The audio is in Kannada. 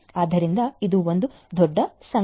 ಆದ್ದರಿಂದ ಇದು ಒಂದು ದೊಡ್ಡ ಸಂಖ್ಯೆ